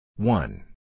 One